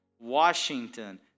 Washington